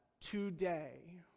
today